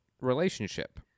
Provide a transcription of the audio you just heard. relationship